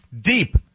deep